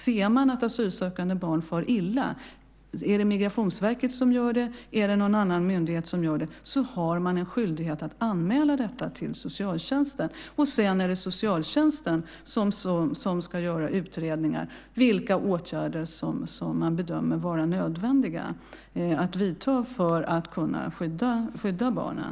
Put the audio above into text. Ser man att asylsökande barn far illa - om det är Migrationsverket eller om det är någon annan myndighet som gör det - har man en skyldighet att anmäla detta till socialtjänsten. Sedan är det socialtjänsten som ska göra utredningar för att se vilka åtgärder man bedömer vara nödvändiga att vidta för att kunna skydda barnen.